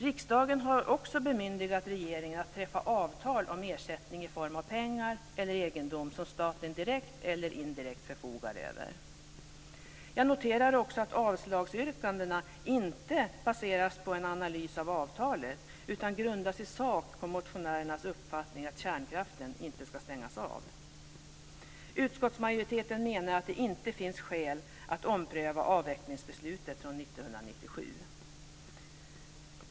Riksdagen har också bemyndigat regeringen att träffa avtal om ersättning i form av pengar eller egendom som staten direkt eller indirekt förfogar över. Jag noterar också att avslagsyrkandena inte baseras på en analys av avtalet, utan de grundas i sak på motionärernas uppfattning att kärnkraften inte ska stängas av. Utskottsmajoriteten menar att det inte finns skäl att ompröva avvecklingsbeslutet från 1997.